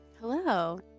Hello